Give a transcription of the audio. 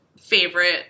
favorite